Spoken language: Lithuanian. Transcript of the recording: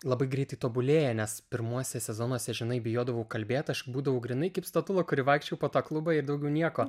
labai greitai tobulėja nes pirmuose sezonuose žinai bijodavau kalbėt aš būdavau grynai kaip statula kuri vaikščiojo po tą klubą ir daugiau nieko